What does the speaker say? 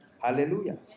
Hallelujah